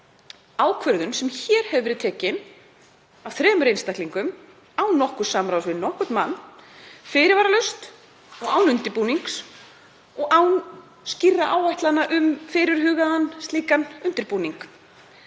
ákvörðun sem hér hefur verið tekin af þremur einstaklingum án nokkurs samráðs við nokkurn mann, fyrirvaralaust og án undirbúnings og án skýrra áætlana um fyrirhugaðan undirbúning.